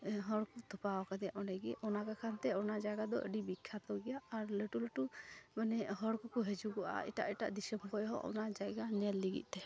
ᱦᱚᱲᱠᱚ ᱛᱚᱯᱟᱣ ᱟᱠᱟᱫᱮᱭᱟ ᱚᱸᱰᱮᱜᱮ ᱚᱱᱟ ᱠᱟᱠᱷᱟᱱᱛᱮ ᱚᱱᱟ ᱡᱟᱭᱜᱟᱫᱚ ᱟᱹᱰᱤ ᱵᱤᱠᱠᱷᱟᱛᱚ ᱜᱮᱭᱟ ᱟᱨ ᱞᱟᱹᱴᱩᱼᱞᱟᱹᱴᱩ ᱢᱟᱱᱮ ᱦᱚᱲᱠᱚ ᱠᱚ ᱦᱟᱹᱡᱩᱜᱚᱼᱟ ᱮᱴᱟᱜᱼᱮᱴᱟᱜ ᱫᱤᱥᱟᱹᱢ ᱠᱷᱚᱡᱦᱚᱸ ᱚᱱᱟ ᱡᱟᱭᱜᱟ ᱧᱮᱞ ᱞᱤᱜᱤᱫᱛᱮ